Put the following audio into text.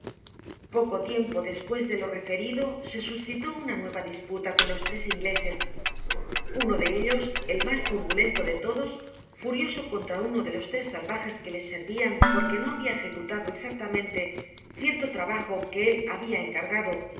poco tiempo despues de lo referido se suscitó una nueva disputa con los tres ingleses uno de ellos el mas turbulento de todos furioso contra uno de los tres salvajes que le servian porque ño habia ejecutado exactamente cierto trabajo que él le habia encargado y